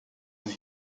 and